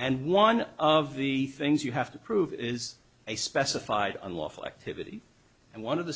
and one of the things you have to prove is a specified unlawful activity and one of the